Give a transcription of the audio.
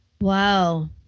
Wow